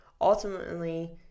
ultimately